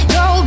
go